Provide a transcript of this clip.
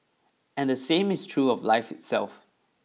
and the same is true of life itself